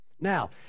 Now